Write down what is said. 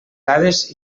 dades